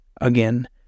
again